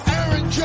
Aaron